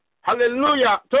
hallelujah